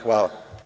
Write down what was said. Hvala.